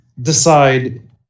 decide